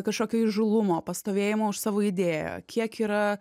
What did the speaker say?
kažkokio įžūlumo pastovėjimo už savo idėją kiek yra